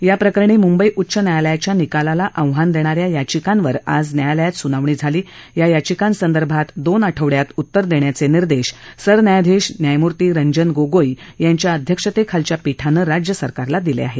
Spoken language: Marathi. याप्रकरणी मुंबई उच्च न्यायालयाच्या निकालाला आव्हान देणाऱ्या याचिकांवर आज न्यायालयात सुनावणी झाली या याचिकांसदर्भात दोन आठवड्यात उत्तर देण्याचे निर्देश सरन्यायाधीश न्यायमूर्ती रंजन गोगोई यांच्या अध्यक्षतेखालच्या पीठानं राज्य सरकारला दिले आहेत